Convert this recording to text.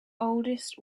oldest